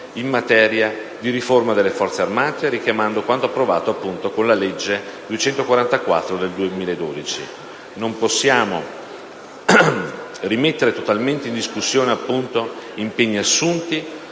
Non possiamo rimettere totalmente in discussione impegni assunti